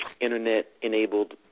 Internet-enabled